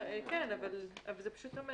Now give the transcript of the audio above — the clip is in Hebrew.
כן, אבל זה פשוט אומר